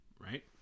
right